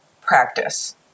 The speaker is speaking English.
practice